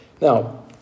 Now